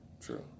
True